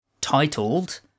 titled